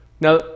Now